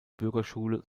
bürgerschule